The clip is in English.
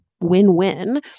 win-win